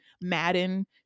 madden